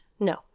No